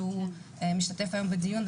שמשתתף היום בדיון,